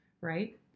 right